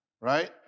right